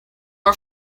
her